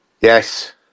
Yes